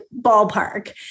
ballpark